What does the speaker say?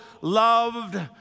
loved